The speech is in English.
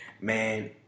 Man